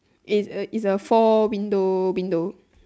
it's a it's a four window window